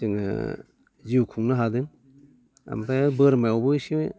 जोङो जिउ खुंनो हादों ओमफ्राय आरो बोरमायावबो एसे